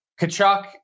Kachuk